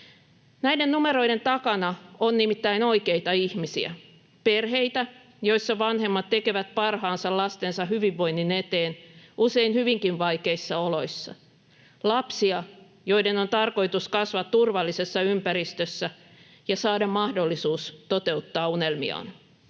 Näiden numeroiden takana on nimittäin oikeita ihmisiä, perheitä, joissa vanhemmat tekevät parhaansa lastensa hyvinvoinnin eteen usein hyvinkin vaikeissa oloissa, lapsia, joiden on tarkoitus kasvaa turvallisessa ympäristössä ja saada mahdollisuus toteuttaa unelmiaan.